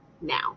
now